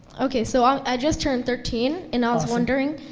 okay, so um i just turned thirteen and i was wondering.